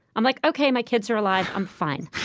i'm like, ok my kids are alive. i'm fine.